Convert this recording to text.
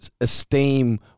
Esteem